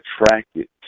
attracted